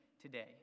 today